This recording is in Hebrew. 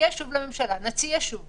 שוב לממשלה, אבל